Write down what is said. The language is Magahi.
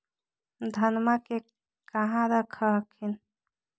धनमा के कहा रख हखिन?